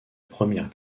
première